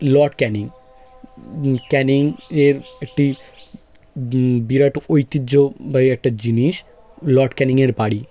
Lord Canning Canning এর একটি বিরাট ঐতিহ্য বা এই একটা জিনিস লর্ড ক্যানিংয়ের বাড়ি